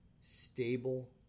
stable